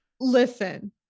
Listen